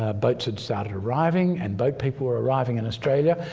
ah boats had started arriving and both people were arriving in australia.